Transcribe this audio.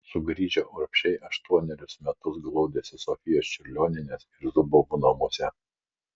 sugrįžę urbšiai aštuonerius metus glaudėsi sofijos čiurlionienės ir zubovų namuose